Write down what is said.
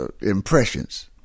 Impressions